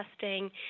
testing